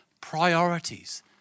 Priorities